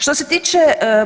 Što se tiče